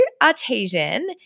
Artesian